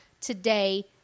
today